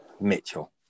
Mitchell